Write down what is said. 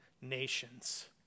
nations